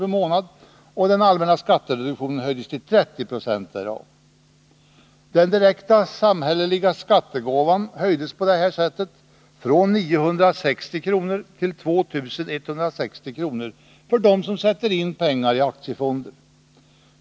per månad, och den allmänna skattereduktionen höjdes till 30 20 därav. Den direkta samhälleliga skattegåvan höjdes på detta sätt från 960 kr. till 2 160 kr. per år för dem som sätter in pengar i aktiefonder.